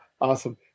awesome